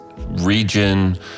region